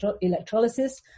electrolysis